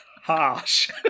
Harsh